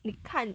你看